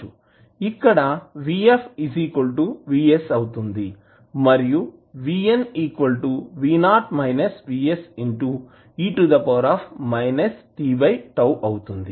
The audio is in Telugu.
ఇక్కడ Vf Vs అవుతుంది మరియు అవుతుంది